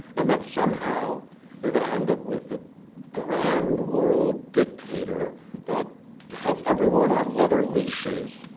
and that somehow you're going to end up with a grand world dictator that has everyone on leather leashes.